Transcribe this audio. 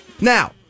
Now